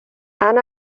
han